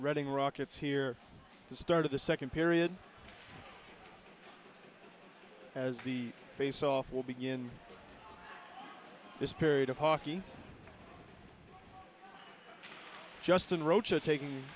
reading rockets here the start of the second period as the faceoff will begin this period of hockey justin roach a taking